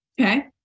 Okay